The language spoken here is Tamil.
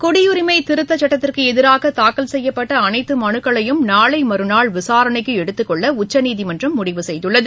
குடியுரிமை திருத்தச் சுட்டத்திற்கு எதிராக தாக்கல் செய்யப்பட்ட அனைத்து மனுக்களையும் நாளை மறுநாள் விசாரணைக்கு எடுத்துக் கொள்ள உச்சநீதிமன்றம் முடிவு செய்துள்ளது